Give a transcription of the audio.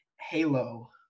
halo